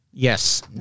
Yes